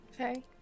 Okay